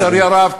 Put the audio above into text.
לצערי הרב,